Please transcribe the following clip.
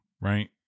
Right